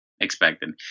expected